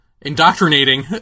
indoctrinating